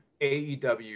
AEW